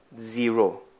zero